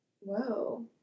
Whoa